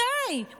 מתי?